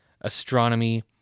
astronomy